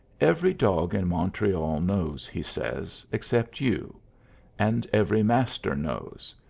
every dog in montreal knows, he says, except you and every master knows.